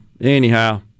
Anyhow